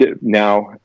now